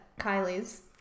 Kylie's